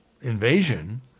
invasion